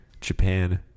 Japan